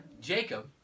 Jacob